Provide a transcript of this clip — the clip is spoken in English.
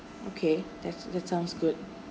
okay that's that sounds good